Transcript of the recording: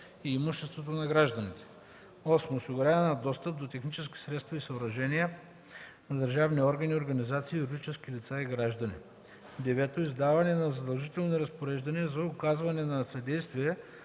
и имуществото на граждани; 8. осигуряване на достъп до технически средства и съоръжения на държавни органи, организации, юридически лица и граждани; 9. издаване на задължителни разпореждания за оказване на съдействие